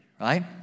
right